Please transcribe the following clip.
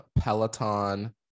Peloton